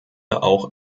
auch